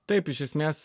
taip iš esmės